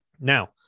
Now